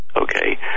okay